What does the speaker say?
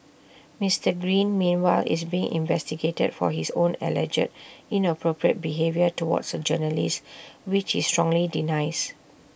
Mister green meanwhile is being investigated for his own alleged inappropriate behaviour towards A journalist which he strongly denies